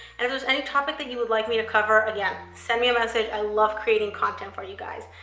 and if there's any topic that you would like me to cover, again, send me a message. i love creating content for you guys.